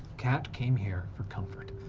kat came here for comfort,